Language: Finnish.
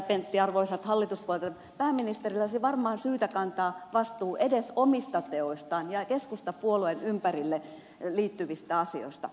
pentti arvoisat hallituspuolueet että pääministerillä olisi varmaan syytä kantaa vastuu edes omista teoistaan ja keskustapuolueen ympärille liittyvistä asioista